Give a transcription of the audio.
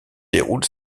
déroulent